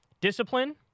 discipline